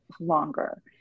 longer